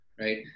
right